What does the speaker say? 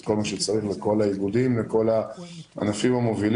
את כל מה שצריך ואת כל הענפים המובילים